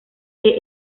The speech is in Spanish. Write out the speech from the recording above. que